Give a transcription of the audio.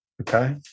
Okay